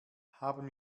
haben